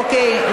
אוקיי,